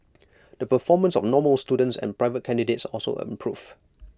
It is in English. the performance of normal students and private candidates also improved